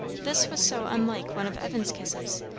this was so unlike one of evan's kisses,